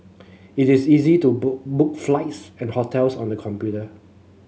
it is easy to book flights and hotels on the computer